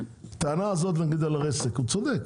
הטענה הזאת נגיד על רסק, הוא צודק.